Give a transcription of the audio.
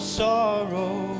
sorrow